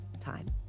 time